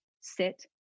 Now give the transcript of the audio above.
sit